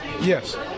Yes